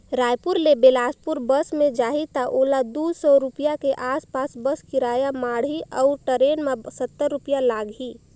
रायपुर ले बेलासपुर बस मे जाही त ओला दू सौ रूपिया के आस पास बस किराया माढ़ही अऊ टरेन मे सत्तर रूपिया लागही